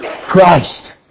Christ